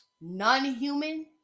non-human